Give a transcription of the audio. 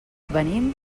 venim